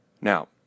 Now